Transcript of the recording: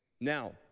Now